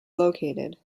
located